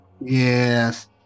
Yes